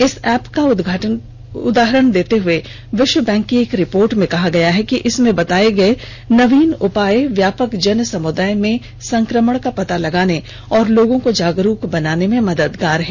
इस ऐप का उदाहरण देते हुए विश्व बैंक की एक रिपोर्ट में कहा गया है कि इसमें बताए गए नवीन उपाय व्यापक जन समुदाय में संक्रमण का पता लगाने और लोगों को जागरूक बनाने में मददगार हैं